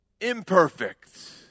imperfect